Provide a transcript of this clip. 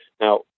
Now